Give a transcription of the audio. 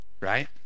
right